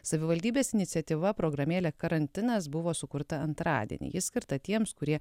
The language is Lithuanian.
savivaldybės iniciatyva programėlė karantinas buvo sukurta antradienį ji skirta tiems kurie